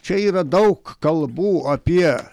čia yra daug kalbų apie